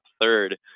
third